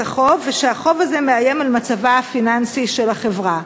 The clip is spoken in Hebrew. החוב ושהחוב הזה מאיים על מצבה הפיננסי של החברה.